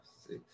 six